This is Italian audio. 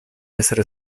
essere